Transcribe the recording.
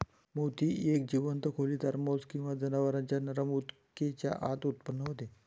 मोती एक जीवंत खोलीदार मोल्स्क किंवा जनावरांच्या नरम ऊतकेच्या आत उत्पन्न होतो